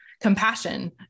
compassion